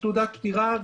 תעודת פטירה.